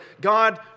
God